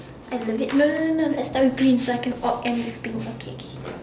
I love it no no no no let's start with green so I can all end with pink okay K